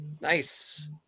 Nice